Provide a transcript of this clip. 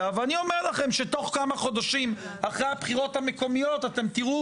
ואני אומר לכם שבתוך כמה חודשים אחרי הבחירות המקומיות אתם תראו